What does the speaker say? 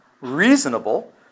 reasonable